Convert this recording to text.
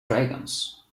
dragons